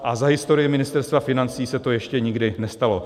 A za historii Ministerstva financí se to ještě nikdy nestalo.